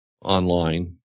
online